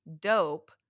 dope